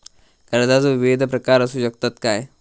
कर्जाचो विविध प्रकार असु शकतत काय?